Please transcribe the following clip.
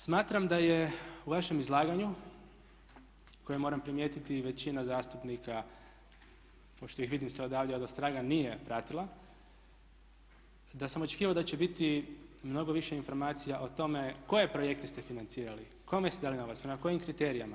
Smatram da je u vašem izlaganju, koje moram primijetiti većina zastupnika, pošto ih vidim sve odavde odostraga nije pratila, da sam očekivao da će biti mnogo više informacija o tome koje projekte ste financirali, kome ste dali novac, prema kojim kriterijima.